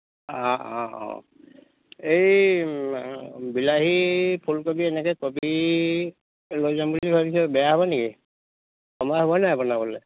অঁ অঁ অঁ এই বিলাহী ফুলকবি এনেকৈ কবি লৈ যাম বুলি ভাবিছোঁ বেয়া হ'ব নেকি সময় হ'ব নাই বনাবলৈ